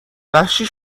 وحشی